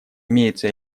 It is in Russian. имеются